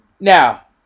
Now